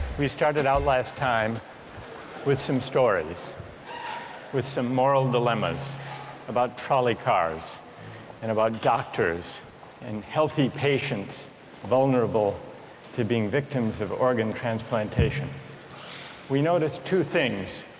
we started out last time with some stores with some moral dilemmas about trolley cars and about doctors and healthy patients vulnerable to being victims of organ transplantation we noticed two things